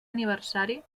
aniversari